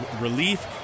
relief